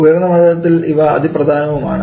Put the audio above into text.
ഉയർന്ന മർദ്ദത്തിൽ ഇവ അതി പ്രധാനവുമാണ്